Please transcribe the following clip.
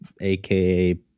aka